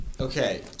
Okay